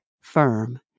firm